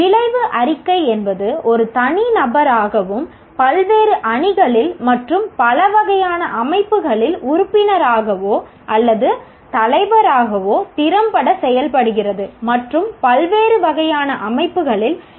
விளைவு அறிக்கை என்பது 'ஒரு தனிநபராகவும் பல்வேறு அணிகளில் மற்றும் பலவகையான அமைப்புகளில் உறுப்பினராகவோ அல்லது தலைவராகவோ திறம்பட செயல்படுகிறது மற்றும் பல்வேறு வகையான அமைப்புகளில்'